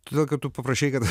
todėl kad tu paprašei kad